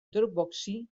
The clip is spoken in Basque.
dropboxi